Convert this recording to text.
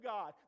God